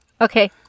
Okay